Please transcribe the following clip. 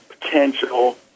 potential